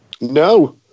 no